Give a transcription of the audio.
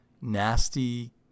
nasty